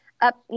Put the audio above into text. up